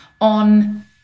on